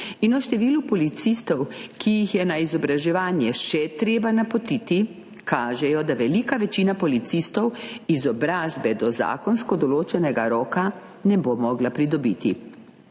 in o številu policistov, ki jih je na izobraževanje še treba napotiti, kažejo, da velika večina policistov izobrazbe do zakonsko določenega roka ne bo mogla pridobiti.